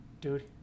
Dude